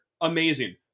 Amazing